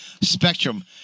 Spectrum